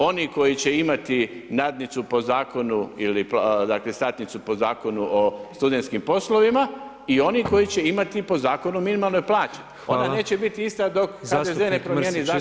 Oni koji će imati nadnicu po zakonu ili, dakle satnicu po zakonu o studentskim poslovima i oni koji će imati po zakonu minimalne plaće, ona neće biti ista, dok HDZ ne promijeni, zašto